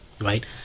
right